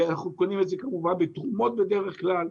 ואנחנו קונים את זה כמובן מתרומות בדרך כלל.